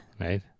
right